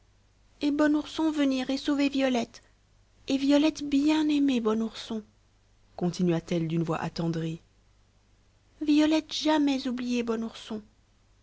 et bon ourson venir et sauver violette et violette bien aimer bon ourson continua-t-elle d'une voix attendrie violette jamais oublier bon ourson